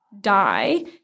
die